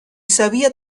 sabía